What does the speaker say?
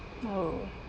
oh